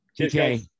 Okay